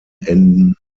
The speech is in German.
enden